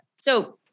So-